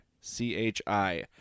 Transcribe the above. c-h-i